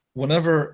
whenever